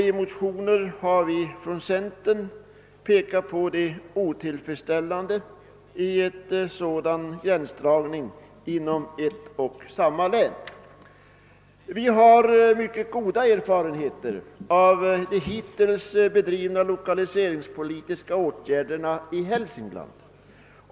I motioner från centerpartiet har vi pekat på det otillfredsställande i en sådan gränsdragning inom ett och samma län. Vi har mycket goda erfarenheter av de hittills bedrivna lokaliseringspolitiska åtgärderna i Hälsingland.